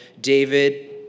David